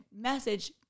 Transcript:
message